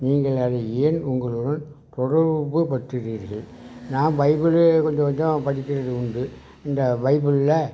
நீங்கள் அதை ஏன் உங்களுடன் தொடர்புப்படுத்துகிறீர்கள் நான் பைபிளை கொஞ்சம் கொஞ்சம் படிக்கிறது உண்டு இந்த பைபிளில ்